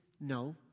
No